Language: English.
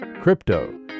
Crypto